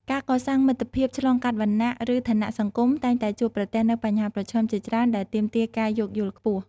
ការកសាងមិត្តភាពឆ្លងកាត់វណ្ណៈ ឬឋានៈសង្គមតែងតែជួបប្រទះនូវបញ្ហាប្រឈមជាច្រើនដែលទាមទារការយោគយល់ខ្ពស់។